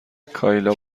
کایلا